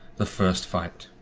the first fytte